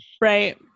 Right